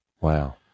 Wow